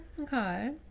okay